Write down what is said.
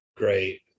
Great